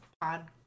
pod